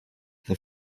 the